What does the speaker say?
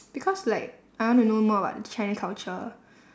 because like I wanna know more about chinese culture